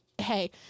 hey